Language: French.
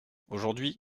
aujourd’hui